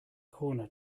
corner